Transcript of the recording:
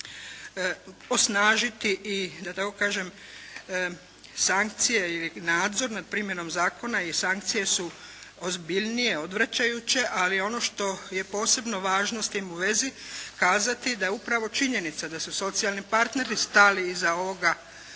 osnažiti i da tako kažem sankcije ili nadzor nad primjenom zakona i sankcije su ozbiljnije, odvraćajuće, ali ono što je posebno važno s time u svezi kazati da je upravo činjenica da su socijalni partneri stali iza ovoga